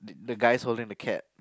the guys holding the cat